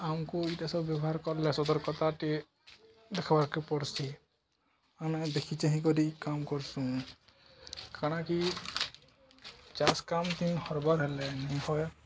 ଆମକୁ ଏଇଟା ସବୁ ବ୍ୟବହାର କର୍ଲେ ସତର୍କତାଟେ ଦେଖବାର୍କେ ପଡ଼୍ସି ଆମେ ଦେଖି ଚାହିଁକରି କାମ କର୍ସୁଁ କାଣାକି ଚାଷ କାମ ହର୍ବର୍ ହେଲେନି ହ